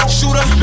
Shooter